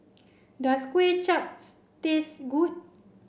does Kuay Chaps taste good